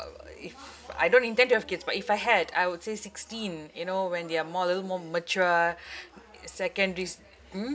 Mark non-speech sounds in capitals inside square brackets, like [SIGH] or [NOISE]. uh if I don't intend to have kids but if I had I would say sixteen you know when they are more little more mature [BREATH] [NOISE] secondary s~ mm